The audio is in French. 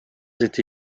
été